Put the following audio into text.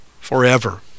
forever